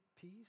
peace